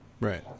Right